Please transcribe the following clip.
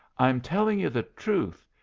i'm telling you the truth.